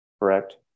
correct